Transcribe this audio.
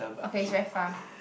okay it's very far